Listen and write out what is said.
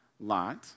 Lot